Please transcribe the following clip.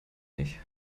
ich